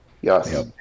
Yes